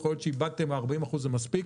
יכול להיות שאם איבדתם 40% זה מספיק,